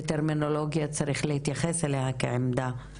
וטרמינולוגיה צריך להתייחס אליה כעמדה,